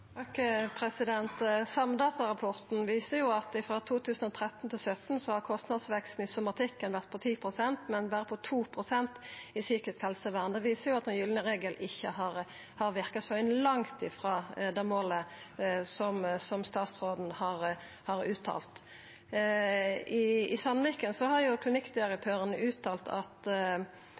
2013 til 2017 har kostnadsveksten i somatikken vore på 10 pst., men berre på 2 pst. i psykisk helsevern. Det viser at den gylne regelen ikkje har verka. Så ein er langt frå det målet som statsråden har uttalt. Klinikkdirektøren ved Sandviken har uttalt at ein er bekymra over det auka presset i den tyngre delen av psykisk helsevern, og viser til at